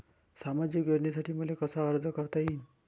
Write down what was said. सामाजिक योजनेसाठी मले कसा अर्ज करता येईन?